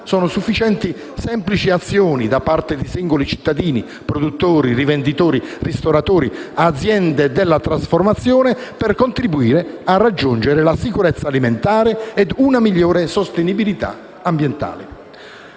sono sufficienti semplici azioni da parte di singoli cittadini (produttori, rivenditori, ristoratori, aziende della trasformazione) per contribuire a raggiungere la sicurezza alimentare e una migliore sostenibilità ambientale.